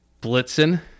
Blitzen